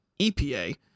EPA